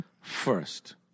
first